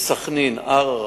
סח'נין, ערערה,